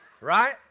Right